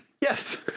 Yes